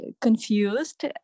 confused